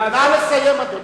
נא לסיים, אדוני.